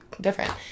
different